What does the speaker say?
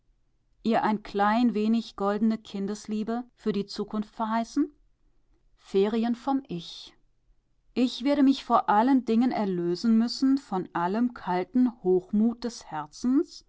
ihr ein klein wenig goldene kindesliebe für die zukunft verheißen ferien vom ich ich werde mich vor allen dingen erlösen müssen von allem kalten hochmut des herzens